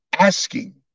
asking